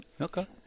Okay